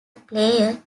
player